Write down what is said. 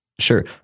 Sure